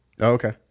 Okay